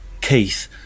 Keith